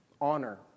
honor